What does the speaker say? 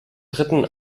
dritten